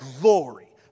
glory